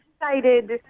excited